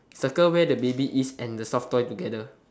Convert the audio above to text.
circle where the baby is and the soft toy together